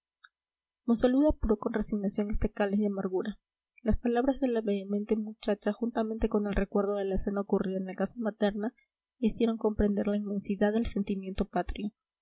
monsalud apuró con resignación este cáliz de amargura las palabras de la vehemente muchacha juntamente con el recuerdo de la escena ocurrida en la casa materna le hicieron comprender la inmensidad del sentimiento patrio